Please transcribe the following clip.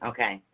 Okay